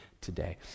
today